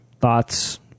thoughts